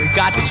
got